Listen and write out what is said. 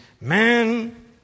Man